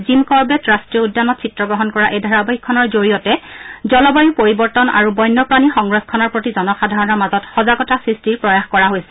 gym Corbett ৰাষ্ট্ৰীয় উদ্যানত চিত্ৰগ্ৰহণ কৰা এই ধাৰাবাহিকখনৰ জৰিয়তে জলবায়ু পৰিৱৰ্তন আৰু বন্যপ্ৰাণী সংৰক্ষণৰ প্ৰতি জনসাধাৰণৰ মাজত সজাগতা সৃষ্টিৰ প্ৰয়াস কৰা হৈছে